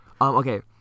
okay